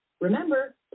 Remember